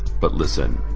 but listen,